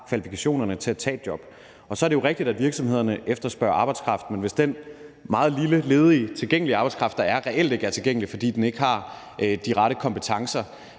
kvalifikationerne til at tage et job. Så er det jo rigtigt, at virksomhederne efterspørger arbejdskraft. Men hvis den meget lille ledige, tilgængelige arbejdskraft, der er, reelt ikke er tilgængelig, fordi folk ikke har de rette kompetencer